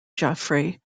geoffrey